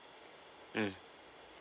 mm